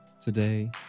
today